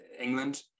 England